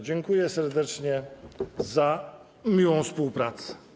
Dziękuję serdecznie za miłą współpracę.